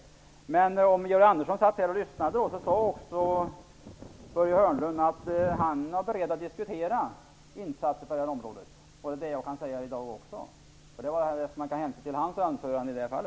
Om Georg Andersson satt här i kammaren och lyssnade under Börje Hörnlunds anförande hörde kanske Georg Andersson att Börje Hörnlund var beredd att diskutera insatser på detta område. Det är vad jag också kan säga genom att hänföra till